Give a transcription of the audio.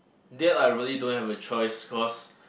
that I really don't have a choice cause